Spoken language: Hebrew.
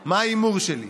מה ההימור שלי,